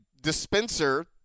dispenser –